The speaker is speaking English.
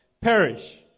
perish